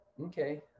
Okay